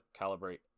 calibrate